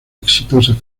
exitosa